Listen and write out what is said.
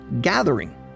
gathering